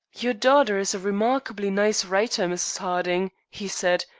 your daughter is a remarkably nice writer, mrs. harding, he said,